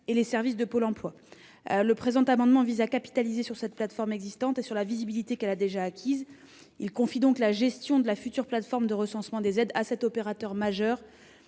et les services de Pôle emploi. Le présent amendement vise à capitaliser sur cette plateforme existante et sur la visibilité qu'elle a déjà acquise, en confiant la gestion de la future plateforme de recensement des aides à cet opérateur majeur